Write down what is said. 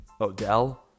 Odell